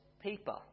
people